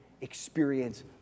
experience